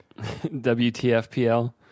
WTFPL